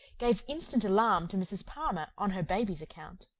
gave instant alarm to mrs. palmer, on her baby's account.